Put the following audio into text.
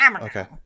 Okay